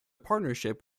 partnership